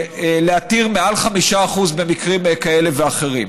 להתיר מעל 5% במקרים כאלה ואחרים.